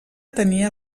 tenia